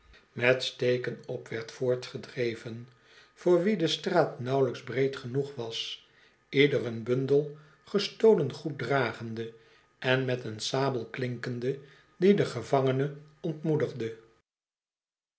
met steken op werd voortgedreven voor wie de straat nauwelijks breed genoeg was ieder een bundel gestolen goed dragende en met een sabel klinkende die den gevangene ontmoedigde